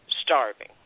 starving